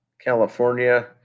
California